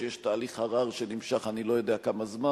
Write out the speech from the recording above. שיש תהליך ערר שנמשך אני לא יודע כמה זמן.